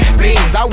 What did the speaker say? beans